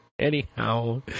Anyhow